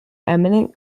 eminent